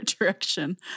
direction